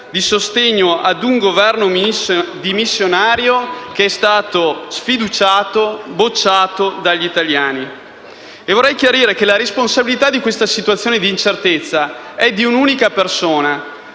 a sostegno a un Governo dimissionario, che è stato sfiduciato e bocciato dagli italiani. Vorrei chiarire che la responsabilità della attuale situazione di incertezza è di un'unica persona: